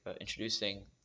introducing